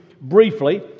briefly